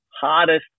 hardest